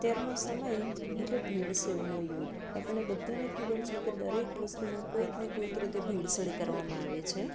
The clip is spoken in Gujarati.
અત્યારનો સમય એટલે ભેળસેળનો યુગ આપણે બધાને ખબર છે કે દરેક વસ્તુમાં કોઈકને કોઈક રીતે ભેળસેળ કરવામાં આવે છે